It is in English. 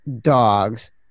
dogs